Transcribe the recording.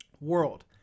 world